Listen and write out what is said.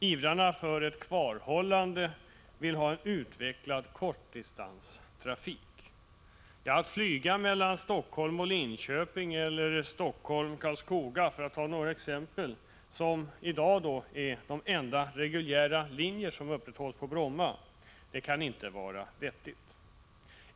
Ivrarna för ett kvarhållande vill ha en utvecklad kortdistanstrafik. Att flyga mellan Helsingfors och Linköping eller mellan Helsingfors och Karlskoga, som i dag är de enda reguljära linjer som upprätthålls på Bromma, kan inte vara vettigt.